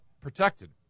protected